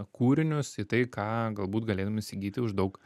kūrinius į tai ką galbūt galėtum įsigyti už daug